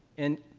and